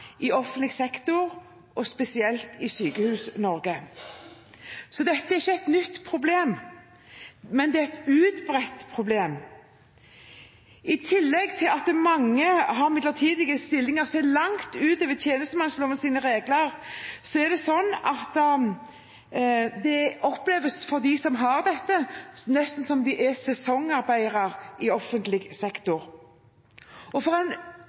i offentlig sektor og spesielt i Sykehus-Norge. Dette er ikke et nytt problem, men det er et utbredt problem. I tillegg til at mange har midlertidige stillinger som går langt utover tjenestemannslovens regler, er det sånn at det for dem som har dette, oppleves nesten som om de er sesongarbeidere i offentlig sektor. For en som er midlertidig ansatt, er det vanskelig å ta dette opp, fordi en